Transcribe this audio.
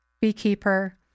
beekeeper